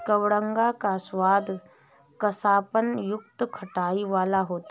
कबडंगा का स्वाद कसापन युक्त खटाई वाला होता है